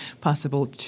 possible